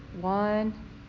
One